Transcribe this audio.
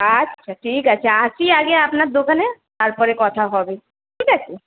আচ্ছা ঠিক আছে আসি আগে আপনার দোকানে তারপরে কথা হবে ঠিক আছে